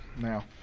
now